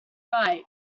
right